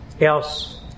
Else